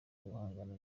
guhangana